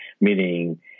Meaning